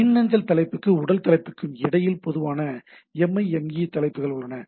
மின்னஞ்சல் தலைப்புக்கும் உடல் தலைப்பிற்கும் இடையில் பொதுவான எம்ஐஎம்ஈ தலைப்புகள் உள்ளன